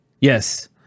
Yes